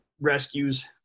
rescues